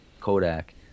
Kodak